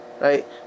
Right